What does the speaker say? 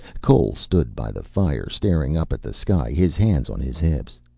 cole stood by the fire, staring up at the sky, his hands on his hips.